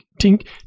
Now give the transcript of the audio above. tink